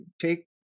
Take